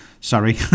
Sorry